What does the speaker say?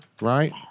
Right